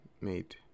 made